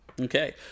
Okay